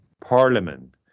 parliament